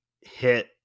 hit